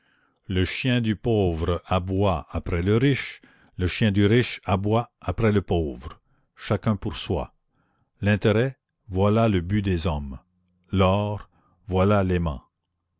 le chien du pauvre aboie après le riche le chien du riche aboie après le pauvre chacun pour soi l'intérêt voilà le but des hommes l'or voilà